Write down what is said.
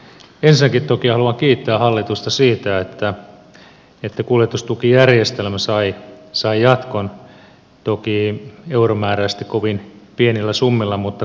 ensinnäkin haluan toki kiittää hallitusta siitä että kuljetustukijärjestelmä sai jatkon toki euromääräisesti kovin pienillä summilla mutta kuitenkin